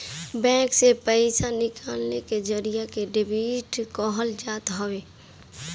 bank से पईसा निकाले के जरिया के डेबिट कहल जात हवे